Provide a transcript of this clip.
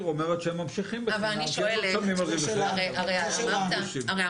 אומרת שהם ממשיכים --- הרי אמרת,